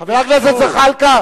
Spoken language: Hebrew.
מה עם המשפחה שלך?